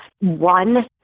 One